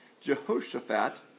Jehoshaphat